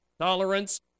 tolerance